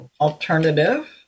alternative